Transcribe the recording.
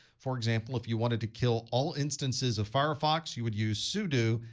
for example, if you wanted to kill all instances of firefox, you would use sudo,